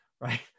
right